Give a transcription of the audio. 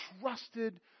trusted